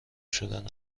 شدن